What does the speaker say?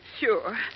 Sure